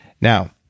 Now